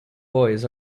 boys